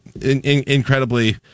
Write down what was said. incredibly